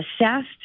assessed